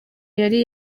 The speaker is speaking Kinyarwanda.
yari